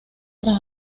tras